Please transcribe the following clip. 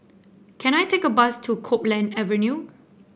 can I take a bus to Copeland Avenue